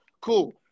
cool